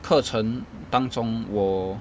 课程当中我